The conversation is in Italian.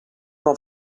non